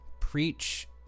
preach